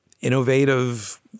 innovative